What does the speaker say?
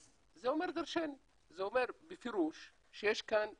אז זה אומר דרשני, זה אומר בפירוש שיש כאן פשיעה,